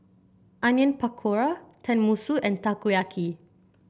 Onion Pakora Tenmusu and Takoyaki